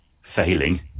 failing